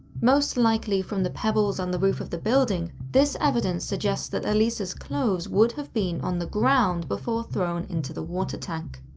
most likely from the pebbles on the roof of the building, this evidence suggests that elisa's clothes would have been on the ground before thrown into the water tank.